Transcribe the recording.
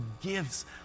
gives